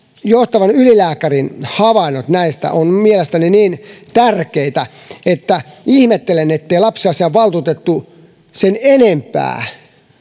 johtavan ylilääkärin havainnot ovat mielestäni niin tärkeitä että ihmettelen ettei lapsiasiainvaltuutettu sen enempää